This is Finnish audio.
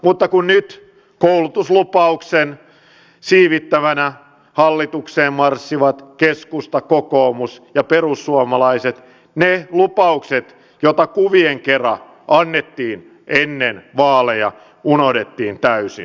mutta kun nyt koulutuslupauksen siivittäminä hallitukseen marssivat keskusta kokoomus ja perussuomalaiset ne lupaukset joita kuvien kera annettiin ennen vaaleja unohdettiin täysin